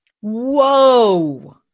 Whoa